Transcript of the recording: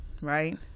right